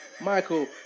Michael